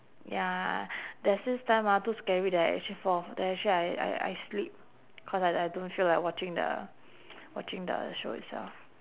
ya there's this time ah too scary that I actually fall that I actually I I I sleep cause I I don't feel like watching the watching the show itself